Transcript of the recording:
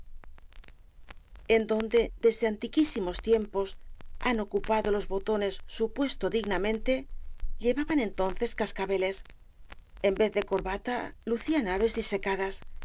en donde desde antiquísimos tiempos han ocupado los botones su puesto dignamente llevaban enel caballero de las botas azules tonces cascabeles en vez de corbata lucían aves disecadas